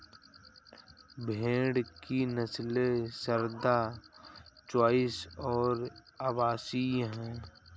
भेड़ की नस्लें सारदा, चोइस और अवासी हैं